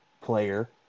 player